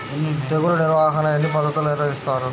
తెగులు నిర్వాహణ ఎన్ని పద్ధతుల్లో నిర్వహిస్తారు?